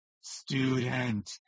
student